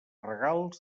regals